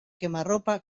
quemarropa